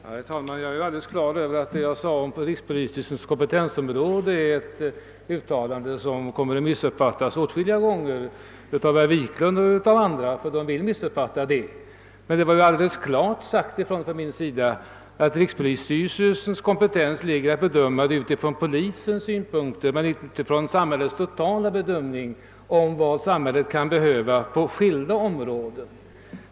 Herr talman! Jag är alldeles på det klara med att mitt uttalande om rikspolisstyrelsens kompetensområde kommer att missuppfattas åtskilliga gånger av herr Wiklund i Stockholm och andra, eftersom de vill missuppfatta det. Jag sade emellertid helt klart ifrån att det tillkommer rikspolisstyrelsen att göra bedömningar från polisens synpunkter men inte med tanke på vad samhället totalt kan behöva på skilda områden.